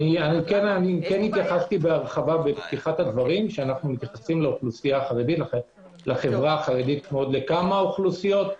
אמרתי בפתיחת הדברים שאנו מתייחסים לחברה החרדית כמו לכמה אוכלוסיות.